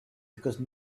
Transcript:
because